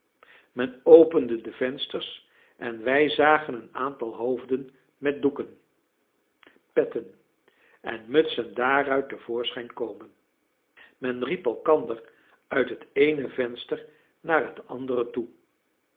men opende de vensters en wij zagen een aantal hoofden met doeken petten en mutsen daaruit te voorschijn komen men riep elkander uit het eene venster naar het andere toe